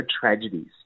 tragedies